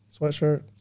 Sweatshirt